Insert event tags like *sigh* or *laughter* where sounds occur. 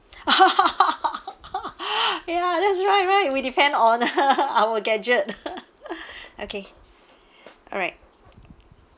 *laughs* *breath* ya that's right right we depend on *laughs* our gadget *laughs* *breath* okay alright